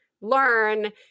learn